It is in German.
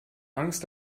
angst